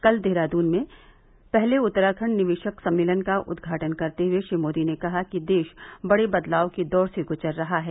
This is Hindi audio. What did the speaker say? कल देहरादून में पहले उत्तराखंड निवेशक सम्मेलन का उद्घाटन करते हुए श्री मोदी ने कहा कि देश बड़े बदलाव के दौर से गुजर रहा है